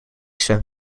zwem